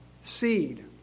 seed